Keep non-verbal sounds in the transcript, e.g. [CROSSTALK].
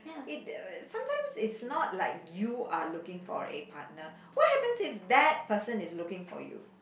it [NOISE] sometimes it's not like you are looking for a partner what happens if that person is looking for you